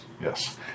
Yes